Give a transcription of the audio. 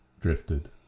drifted